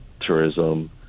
tourism